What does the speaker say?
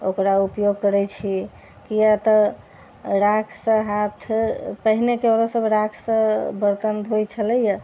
ओकरा उपयोग करै छियै किएक तऽ त राखसँ हाथ पहिनेके औरत सब राखसँ बर्तन धोइ छलैआ